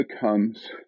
becomes